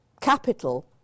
capital